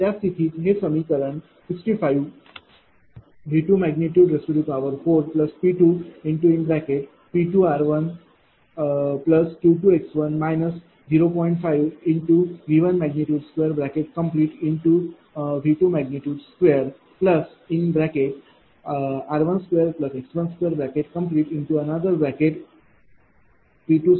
त्यास्थितीत हे समीकरण 65 V42P2r1Q2x1 0